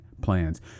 plans